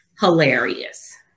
hilarious